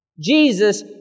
Jesus